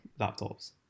laptops